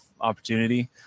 opportunity